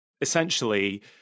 essentially